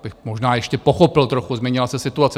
To bych možná ještě pochopil trochu, změnila se situace.